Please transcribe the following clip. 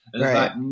Right